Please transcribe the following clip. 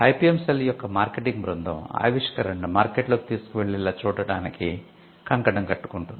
IPM cell యొక్క marketing బృందం ఆవిష్కరణను మార్కెట్లోకి తీసుకువెళ్ళేలా చూడటానికి కంకణం కట్టుకుంటుంది